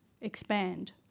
expand